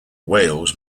wales